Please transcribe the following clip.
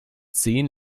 zehn